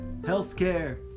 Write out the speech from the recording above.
Healthcare